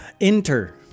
Enter